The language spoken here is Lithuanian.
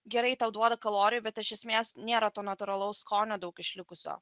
gerai tau duoda kalorijų bet iš esmės nėra to natūralaus skonio daug išlikusio